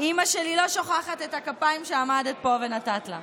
אימא שלי לא שוכחת את הכפיים שעמדת פה ונתת לה.